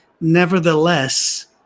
Nevertheless